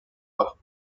pas